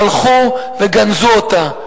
הלכו וגנזו אותה.